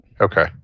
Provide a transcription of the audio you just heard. Okay